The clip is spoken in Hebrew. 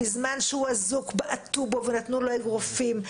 בזמן שהוא אזוק בעטו בו ונתנו לו אגרופים.